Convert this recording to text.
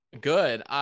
Good